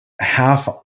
half